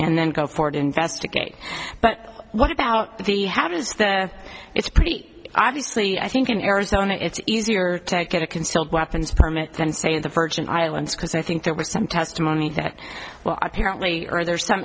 and then go forward investigate but what about the how does that it's pretty obviously i think in arizona it's easier to get a concealed weapons permit then say in the virgin islands because i think there was some testimony that well apparently there's some